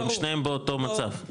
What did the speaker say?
הם שניהם באותו מצב.